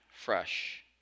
fresh